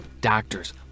doctors